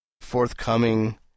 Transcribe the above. Forthcoming